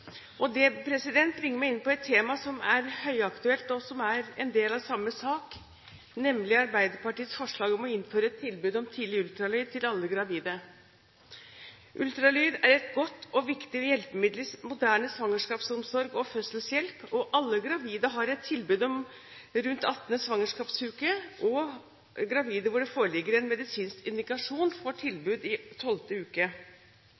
og den skal forhindre diskriminering på grunnlag av arveanlegg. Det bringer meg inn på et tema som er høyaktuelt, og som er en del av samme sak, nemlig Arbeiderpartiets forslag om å innføre et tilbud om tidlig ultralyd til alle gravide. Ultralyd er et godt og viktig hjelpemiddel i moderne svangerskapsomsorg og fødselshjelp. Alle gravide har et tilbud rundt 18. svangerskapsuke, og gravide hvor det foreligger en medisinsk indikasjon, får tilbud i 12. uke.